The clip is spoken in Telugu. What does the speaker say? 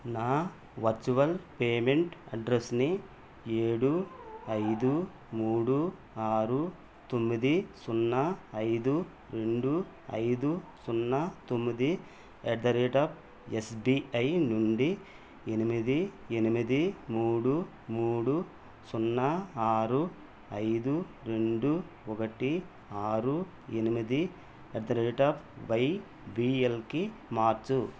నా వర్చువల్ పేమెంట్ అడ్రెస్సుని ఏడు ఐదు మూడు ఆరు తొమ్మిది సున్నా ఐదు రెండు ఐదు సున్నా తొమ్మిది at the rate of SBI నుండి ఎనిమిది ఎనిమిది మూడు మూడు సున్నా ఆరు ఐదు రెండు ఒకటి ఆరు ఎనిమిది ఎట్ ద రేట్ ఆఫ్ వైబిఎల్కి మార్చుము